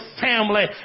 family